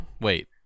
wait